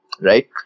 right